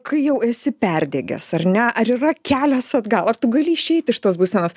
kai jau esi perdegęs ar ne ar yra kelias atgal ar tu gali išeiti iš tos būsenos